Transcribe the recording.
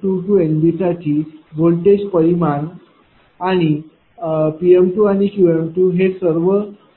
NB साठी voltage परिमाण आणि Pआणि Q हे सर्व